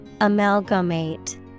Amalgamate